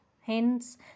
Hence